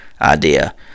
idea